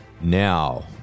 Now